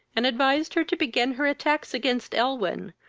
and advised her to begin her attacks against elwyn,